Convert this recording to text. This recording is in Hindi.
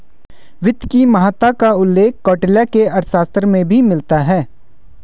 वित्त की महत्ता का उल्लेख कौटिल्य के अर्थशास्त्र में भी मिलता है